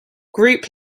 group